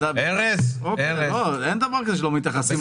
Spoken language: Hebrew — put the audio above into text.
אין דבר כזה שלא מתייחסים.